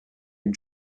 and